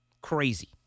Crazy